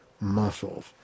muscles